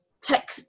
tech